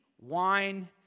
wine